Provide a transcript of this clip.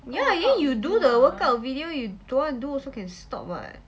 ya then you do the workout video you don't want do also can stop what